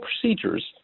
procedures